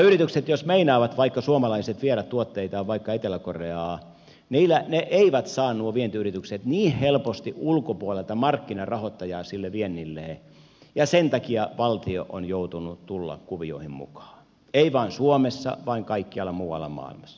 yritykset jos meinaavat vaikka suomalaiset viedä tuotteitaan vaikka etelä koreaan eivät saa nuo vientiyritykset niin helposti ulkopuolelta markkinarahoittajaa sille viennilleen ja sen takia valtio on joutunut tulemaan kuvioihin mukaan ei vain suomessa vaan kaikkialla muualla maailmassa